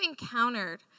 encountered